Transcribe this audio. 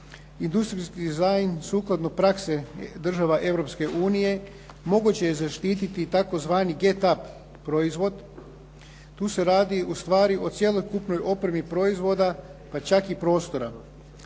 Industrijski dizajn sukladno praksi država Europske unije moguće je zaštititi tzv. "get up" proizvod. Tu se radi ustvari o cjelokupnoj opremi proizvoda pa čak i prostora.